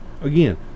again